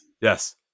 Yes